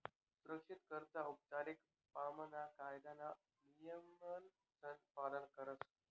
सुरक्षित कर्ज औपचारीक पाणामा कायदाना नियमसन पालन करस